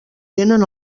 tenen